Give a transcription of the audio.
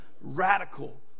radical